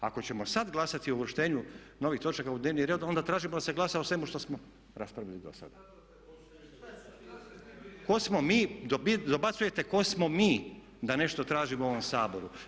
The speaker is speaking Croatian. Ako ćemo sad glasati o uvrštenju novih točaka u dnevni red, onda tražimo da se glasa o svemu što smo raspravili do sada. … [[Upadica sa strane, ne razumije se.]] Tko smo mi, dobacujete tko smo mi da nešto tražimo u ovom Saboru?